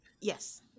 Yes